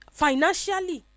financially